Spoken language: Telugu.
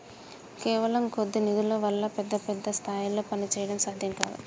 కేవలం కొద్ది నిధుల వల్ల పెద్ద పెద్ద స్థాయిల్లో పనిచేయడం సాధ్యం కాదు